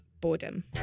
Boredom